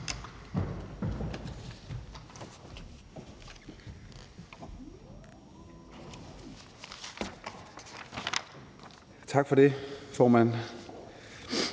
Tak for det, formand.